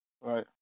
Right